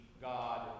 God